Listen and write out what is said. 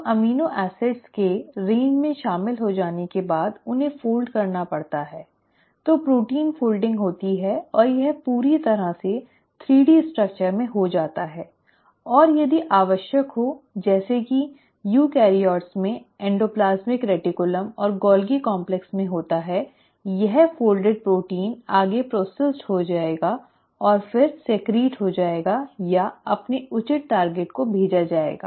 तो amino acid के range में शामिल हो जाने के बाद उन्हें फोल्ड करना पड़ता है तो प्रोटीन फोल्डिंग होती है और यह पूरी तरह से 3 डी संरचना में हो जाता है और यदि आवश्यक हो जैसे कि यूकर्योट में एंडोप्लाज्मिक रेटिकुलम और गोल्गी कॉम्प्लेक्स में होता है यह मुड़ा प्रोटीन आगे संसाधित हो जाएगा और फिर स्रावित हो जाएगा या अपने उचित टारगेट को भेजा जाएगा